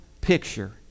picture